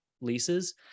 leases